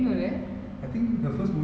minsara kanavu yes correct